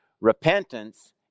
Repentance